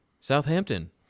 Southampton